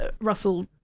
Russell